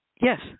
Yes